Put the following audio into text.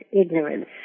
ignorance